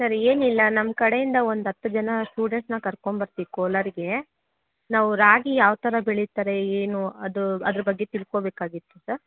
sir ಏನಿಲ್ಲ ನಮ್ಮ ಕಡೆಯಿಂದ ಒಂದು ಹತ್ತು ಜನ ಸ್ಟೂಡೆಂಟ್ಸನ್ನ ಕರ್ಕೊಂಬರ್ತೀವಿ ಕೋಲಾರಿಗೆ ನಾವು ರಾಗಿ ಯಾವ ಥರ ಬೆಳೀತಾರೆ ಏನು ಅದು ಅದರ ಬಗ್ಗೆ ತಿಳ್ಕೊಬೇಕಾಗಿತ್ತು ಸರ್